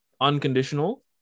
unconditional